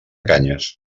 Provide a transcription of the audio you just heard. canyes